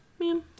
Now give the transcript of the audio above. Ma'am